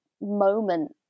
moment